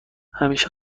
همیشه